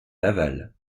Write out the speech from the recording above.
laval